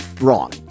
wrong